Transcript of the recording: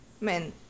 men